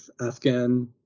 Afghan